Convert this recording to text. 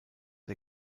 der